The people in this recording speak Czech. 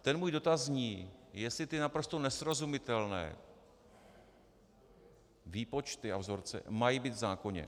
Ten můj dotaz zní, jestli ty naprosto nesrozumitelné výpočty a vzorce mají být v zákoně.